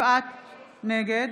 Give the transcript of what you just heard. נגד